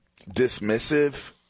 dismissive